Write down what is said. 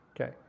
Okay